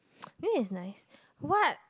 this is nice what